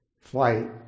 flight